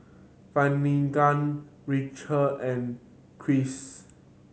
Finnegan Racheal and Cris